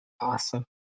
awesome